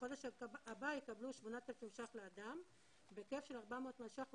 בחודש הבא יקבלו 8,000 ש"ח לאדם בהיקף של 400 מיליון ש"ח הוצאה.